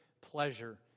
pleasure